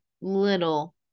little